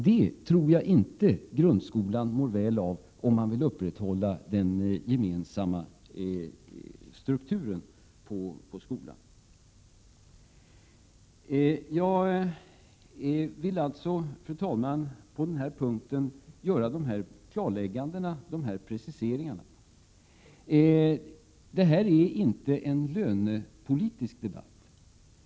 Detta tror jag inte grundskolan mår väl av, om man Jag vill alltså, fru talman, på den här punkten göra dessa klarlägganden, — 15 april 1988 dessa preciseringar. Detta är inte en lönepolitisk debatt.